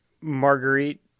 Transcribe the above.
Marguerite